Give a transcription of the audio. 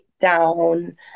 down